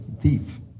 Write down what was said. thief